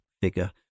figure